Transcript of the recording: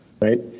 right